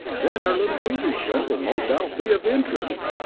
then our little movie show will no doubt be of interest!